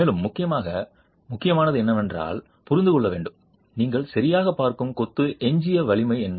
மேலும் முக்கியமாக முக்கியமானது என்னவென்றால் புரிந்து கொள்ள வேண்டும் நீங்கள் சரியாகப் பார்க்கும் கொத்து எஞ்சிய வலிமை என்ன